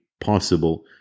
possible